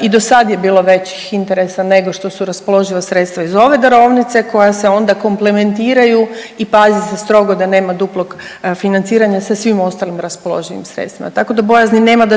I do sad je bilo većih interesa nego što su raspoloživa sredstva iz ove darovnice koja se onda komplementiraju i pazi se strogo da nema duplog financiranja sa svim ostalim raspoloživim sredstvima tako da bojazni nema da